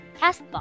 Castbox